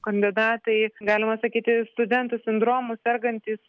kandidatai galima sakyti studento sindromu sergantys